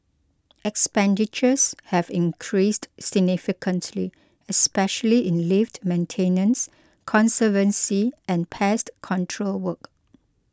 expenditures have increased significantly especially in lift maintenance conservancy and pest control work